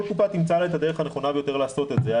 קופה תמצא לה את הדרך הנכונה ביותר לעשות את זה,